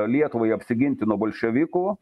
lietuvai apsiginti nuo bolševikų